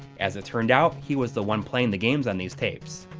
as it turned out, he was the one playing the games on these tapes.